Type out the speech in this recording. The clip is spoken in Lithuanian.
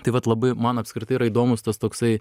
tai vat labai man apskritai yra įdomus tas toksai